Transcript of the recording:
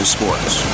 Sports